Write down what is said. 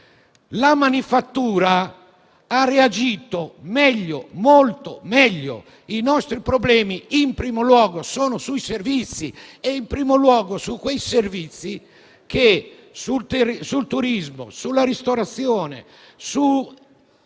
La manifattura ha reagito meglio, molto meglio. I nostri problemi, in primo luogo, sono sui servizi. In primo luogo sul turismo, sulla ristorazione sul